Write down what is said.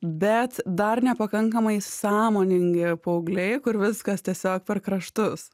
bet dar nepakankamai sąmoningi paaugliai kur viskas tiesiog per kraštus